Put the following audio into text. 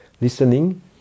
listening